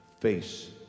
face